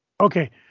Okay